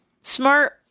smart